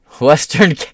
Western